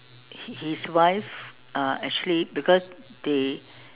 his wife uh actually because they